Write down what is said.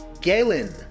Galen